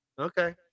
Okay